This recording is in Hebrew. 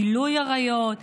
גילוי עריות,